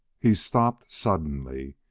he stopped suddenly.